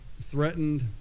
threatened